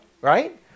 right